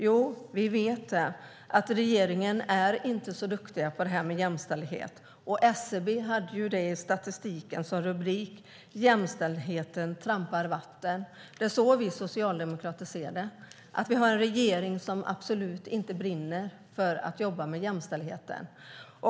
Jo, vi vet att regeringen inte är så duktig på jämställdhet. SCB hade som rubrik i statistiken "Jämställdheten trampar vatten". Det är så vi socialdemokrater ser det. Vi har en regering som absolut inte brinner för att jobba med jämställdheten.